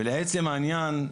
ולעצם העניין,